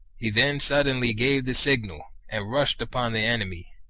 he then suddenly gave the signal, and rushed upon the enemy.